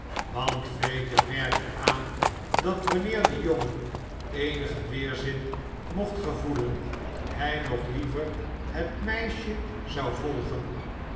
want fagin merkte aan dat wanneer de jongen eenigen weerzin mocht gevoelen hij nog liever het meisje zou volgen